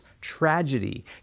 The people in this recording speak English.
tragedy